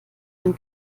wenn